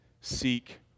seek